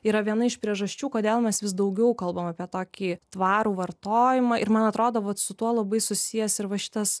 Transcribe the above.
yra viena iš priežasčių kodėl mes vis daugiau kalbam apie tokį tvarų vartojimą ir man atrodo vat su tuo labai susijęs ir va šitas